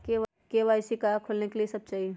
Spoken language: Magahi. के.वाई.सी का का खोलने के लिए कि सब चाहिए?